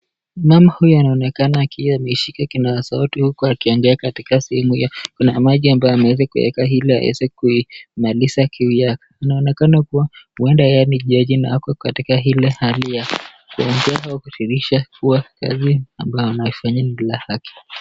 Mama huyu anaonekana akiwa ameshika kinasa sauti huku akiongea ,katika sehemu hiyo kuna maji ambayo ameweza kuweka ili aweze kumaliza kiu yake. Inaonekana kuwa huenda yeye ni jaji na ako katika ile hali ya kuongea kudhihirisha kuwa kazi ambalo anafanya ni la haki.